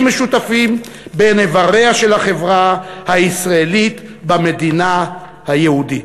משותפים בין איבריה של החברה הישראלית במדינה היהודית.